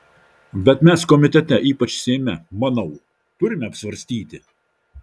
bet mes komitete ypač seime manau turime apsvarstyti